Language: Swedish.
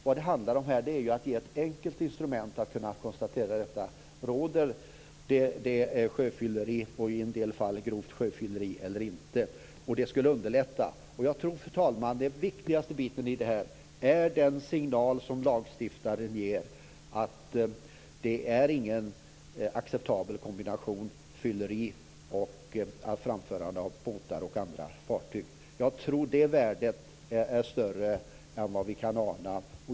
Vad det handlar om är ett enkelt instrument för att konstatera om det är fråga om sjöfylleri eller grovt sjöfylleri eller inte. Det skulle underlätta. Jag tror, fru talman, att det viktigaste är den signal som lagstiftaren ger om att fylleri och framförande av båtar och andra fartyg inte är en acceptabel kombination. Jag tror att det värdet är större än vad vi kan ana.